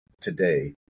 today